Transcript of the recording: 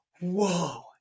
whoa